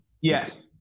yes